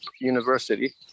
university